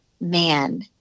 man